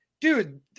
dude